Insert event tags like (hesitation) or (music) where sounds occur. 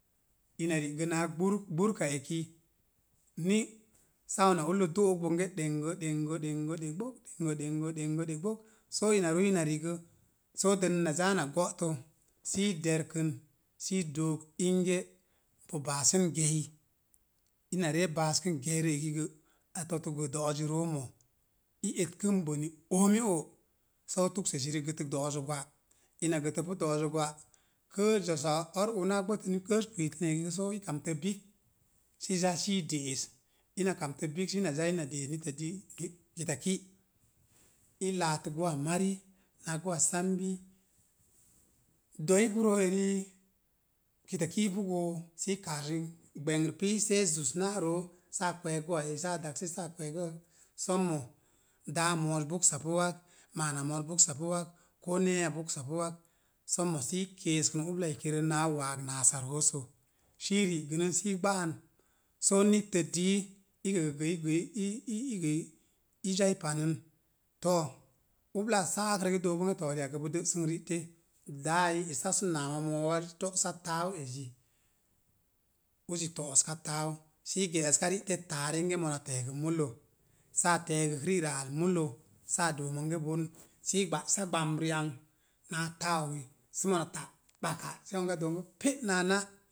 Ina ri'gə naa gburk, gburka eki ni sawun na ullos do'ok bonge, ɗengo ɗengo ɗe gbok, ɗengo ɗengo ɗengo ɗe gbok. Soo ina ruu ina ri'gə soo dən na zaa na go̱tə sii derkən, sii dook inge, bo baasən gei. Ina ree baaskən geirə ekigə a totuk gə do̱ ozi roo mo'. I etkən bone oomi o', soo tuksəsirə i gətək do̱'ozzə gwa ina gətəpu do̱'o̱zə gwa kəəz zosa ar oona gbətə ni kəəz kwitən ekigə i kamtə bik sii zaa sii de'es. Ina kamta bik sii ina zaa ina de'es nittə dii (hesitation) kitaki i laatə gouwa mari naa gouwa sambi. Do̱i ipu roo eri, kitaki ipu goo sii kasən gbəngr pil see zus na roo, saa kweek gouwa eyi saa daksi saa kwee gouwai, sommo, daa a mo̱o̱z bogsapu wak, maana mo̱o̱z bogsapu wak, koo ne̱e̱ya bogsap wak, sommo sii i keeskən ublaa ekirə naa waag naasa roosə, sii ri'gənən, sii i gba'an soo nittə du gəəgə i gəi i i gə i zai panə. To, ublaa sa akrə gə i dook bonge to, ri'akgə bo də'asə ri'te. Daa a i esa sə nawa moo waz to'sa taau ezi, uzi to'os ka taau sə i gə'əska ri'te taare inge mona te̱e̱gə mulo, saa te̱e̱gək ri'ra al mulo saa doo monge bon, sii i gba'sa gbamb ri'ang naa taali sə mona ta gbaka, sə a doo mange, pe na'a na'